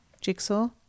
jigsaw